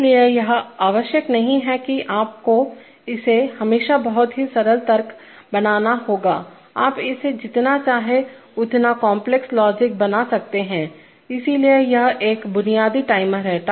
इसलिए यह आवश्यक नहीं है कि आपको इसे हमेशा बहुत ही सरल तर्क बनाना होगाआप इसे जितना चाहें उतना कॉन्प्लेक्स लॉजिक बना सकते हैंइसलिए यह एक बुनियादी टाइमर है